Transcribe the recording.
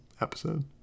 episode